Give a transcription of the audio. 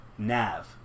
NAV